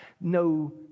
no